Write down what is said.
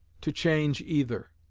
to change either.